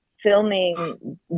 filming